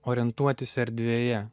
orientuotis erdvėje